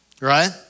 Right